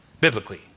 biblically